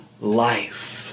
life